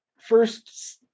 first